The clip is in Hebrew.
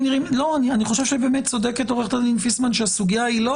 חושב שבאמת צודקת עו"ד פיסמן שהבדיקה היא לא